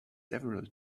several